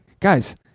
Guys